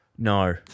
No